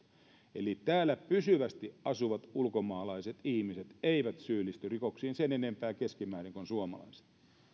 eli täällä pysyvästi asuvat ulkomaalaiset ihmiset eivät syyllisty rikoksiin sen enempää keskimäärin kuin suomalaiset